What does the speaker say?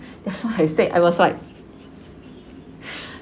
that's why I said I was like